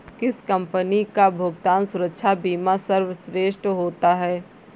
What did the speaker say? किस कंपनी का भुगतान सुरक्षा बीमा सर्वश्रेष्ठ होता है?